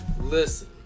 Listen